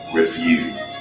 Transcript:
review